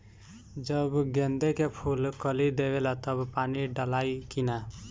जब गेंदे के फुल कली देवेला तब पानी डालाई कि न?